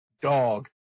dog